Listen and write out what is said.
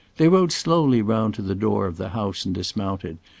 they rode slowly round to the door of the house and dismounted,